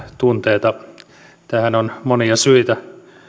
tunteita tähän on monia syitä